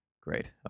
Great